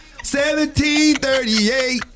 1738